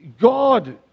God